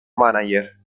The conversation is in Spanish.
mánager